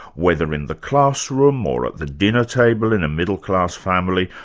whether in the classroom or at the dinner table in a middle class family,